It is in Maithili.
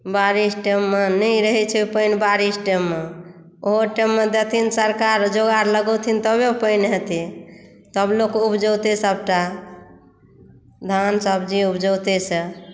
बारिस टाइम मे नहि रहै छै पानि बारिस टाइम मे ओहो टाइम मे देथिन सरकार जोगाड़ लगैथिन तबे पानि हेतै तब लोक उपजौते सभटा धान सब्जी उपजौते से